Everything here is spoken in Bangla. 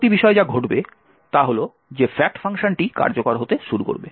পরবর্তী বিষয় যা ঘটবে তা হল যে fact ফাংশনটি কার্যকর হতে শুরু করে